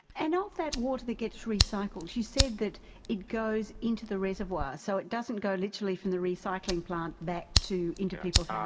and of that water that gets recycled, you said that it goes into the reservoir, so it doesn't go literally from the recycling plant back into people's um